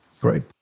great